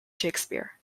shakespeare